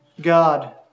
God